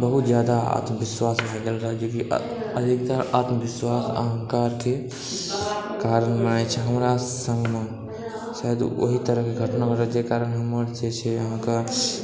बहुत ज्यादा आत्मविश्वास भए गेल रहय जेकि अधिकतर आत्मविश्वास अहंकारके कारण छै हमरा संग मे शायद ओही तरहके घटना भेलै जाहि कारण हमर जे छै अहाँकेॅं